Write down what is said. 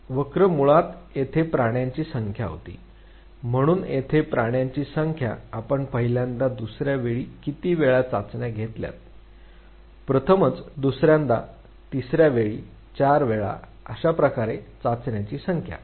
वक्र मुळात येथे प्रयत्नांची संख्या होती म्हणून येथे प्रयत्नांची संख्या आपण पहिल्यांदा दुसर्या वेळी किती वेळा चाचण्या घेतल्यात प्रथमच दुसऱ्यांदा तिसर्या वेळी चार वेळा अशाच प्रकारे चाचण्यांची संख्या